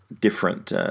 different